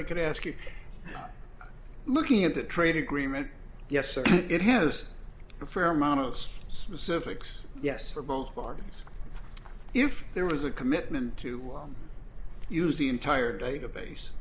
i could ask you looking at the trade agreement yes it has a fair amount of those specifics yes for both parties if there was a commitment to use the entire database